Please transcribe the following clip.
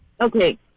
Okay